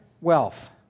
wealth